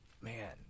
Man